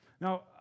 Now